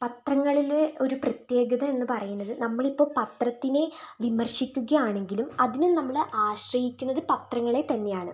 പത്രങ്ങളില് ഒരു പ്രത്യേകത എന്ന് പറയുന്നത് നമ്മളിപ്പോൾ പത്രത്തിന്നെ വിമർശിക്കുകയാണെങ്കിലും അതിനും നമ്മള് ആശ്രയിക്കുന്നത് പത്രങ്ങളെ തന്നെയാണ്